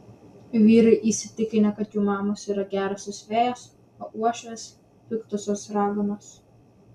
vyrai įsitikinę kad jų mamos yra gerosios fėjos o uošvės piktosios raganos